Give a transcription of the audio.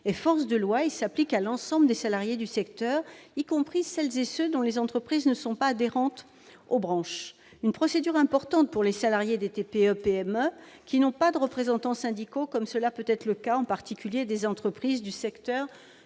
a force de loi et s'applique à l'ensemble des salariés du secteur, y compris celles et ceux dont les entreprises ne sont pas adhérentes aux branches. Il s'agit d'une procédure importante pour les salariés des TPE et PME qui n'ont pas de représentants syndicaux, comme cela peut être le cas, en particulier, pour les employés du secteur